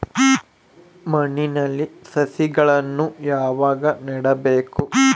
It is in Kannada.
ಮಣ್ಣಿನಲ್ಲಿ ಸಸಿಗಳನ್ನು ಯಾವಾಗ ನೆಡಬೇಕು?